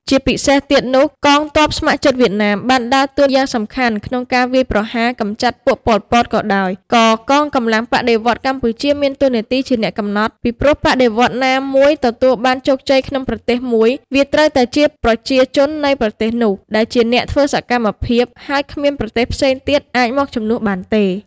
ជាពិសេសទៀតនោះកងទ័ពស្ម័គ្រចិត្តវៀតណាមបានដើរតួរយ៉ាងសំខាន់ក្នុងការវាយប្រហារកំចាត់ពួក ប៉ុល ពត ក៏ដោយ ក៏កងកម្លាំងបដិវត្តន៍កម្ពុជា មានតួរនាទីជាអ្នកកំណត់ ពីព្រោះបដិវត្តន៍ណាមួយទទួលបានជោគជ័យក្នុងប្រទេសមួយ វាត្រូវតែជាប្រជាជននៃប្រទេសនោះ ដែលជាអ្នកធ្វើសកម្មភាព ហើយគ្មានប្រទេសផ្សេងទៀតអាចមក ជំនួសបានទេ។